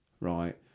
right